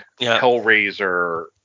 Hellraiser